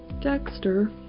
Dexter